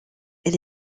elle